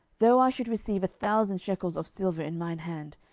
though i should receive a thousand shekels of silver in mine hand,